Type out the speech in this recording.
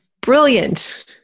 brilliant